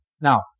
Now